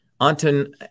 Anton